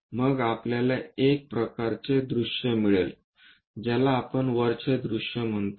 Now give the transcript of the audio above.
मग आपल्याला एक प्रकारचे दृश्य मिळेल ज्याला आपण वरचे दृश्य म्हणतो